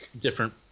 different